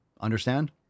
understand